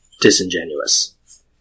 disingenuous